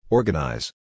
Organize